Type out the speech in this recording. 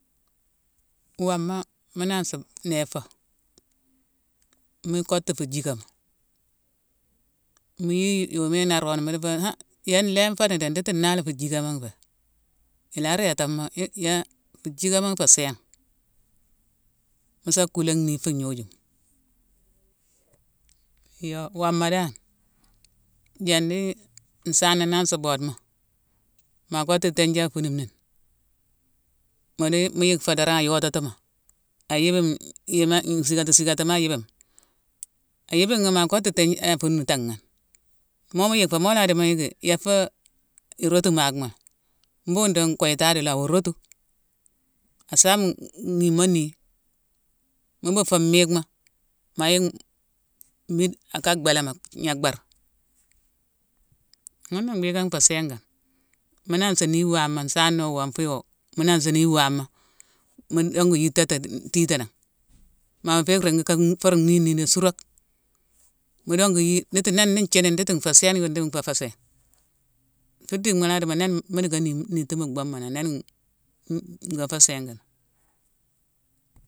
Woma mu nansi néé fo. Mu kottu fu jikama. Mu yii yoma i naroni. Mu diffo han yé nléne fo ni dé, nditi naalé fu jikama nfé. I la réétamo-ik yé fu jikama nfé sééne, mu sa kulé nnii fu gnojuma. Iyo woma dan jani nsana nansi bood mo, ma kottu tinja afunune ni; mu di mu yick fo dorong a yotatimo, a yibine-yéma-nsickade-nsickatima a yibine. A yibine ghi, ma kottu tinjima affuntame ghi ni. Mo mu yick fo, mo la di mo yicki ya fé irotumakhma lé. Mbhughune dongh koytadi lo; a wo rotu. A saame-n-nimo nii. Mu buu fo miighma, ma yick-mmide aka bhéla mo gnacbar. Ghuna mbiiké nfé séingane mu nansi nii wama: nsana oo, wonfu yo; mu nansi nii wama, mu dongu yitati titanan. Ma mu fé ringi ka-n-fur ni ni nan surack. Mu dongu yii nditi néne ni nthini nditi nfé sééne oo ngo fé sééne. Fu dickma la dimo néne, mu dicka-ni-niti mu bhuuma nangh; néne ngo fé séingana.